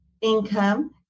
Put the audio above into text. income